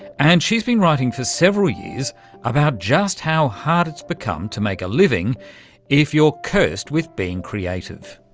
and she's been writing for several years about just how hard it's become to make a living if you're cursed with being creative.